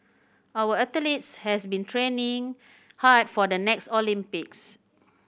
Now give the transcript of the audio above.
our athletes has been training hard for the next Olympics